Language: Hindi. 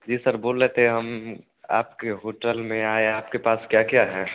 जी सर बोल रहे थे हम आपके होटल में आए हैं आपके पास क्या क्या है